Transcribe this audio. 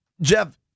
Jeff